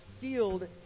sealed